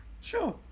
Sure